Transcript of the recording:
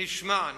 נשמע,